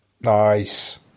Nice